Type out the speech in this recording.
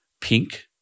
pink